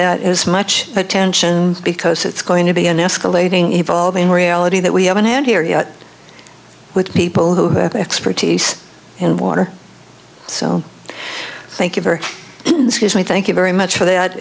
that as much attention because it's going to be an escalating evolving reality that we haven't had here yet with people who have expertise in water so thank you for me thank you very much for that